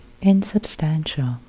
Insubstantial